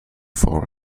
for